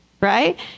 right